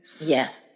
Yes